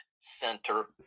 center